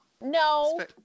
no